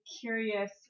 curious